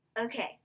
Okay